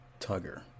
tugger